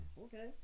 Okay